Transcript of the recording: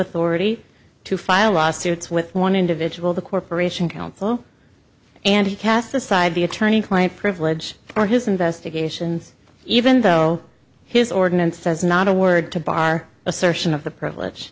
authority to file lawsuits with one individual the corporation counsel and cast aside the attorney client privilege or his investigations even though his ordinance says not a word to bar assertion of the privilege